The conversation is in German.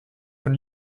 von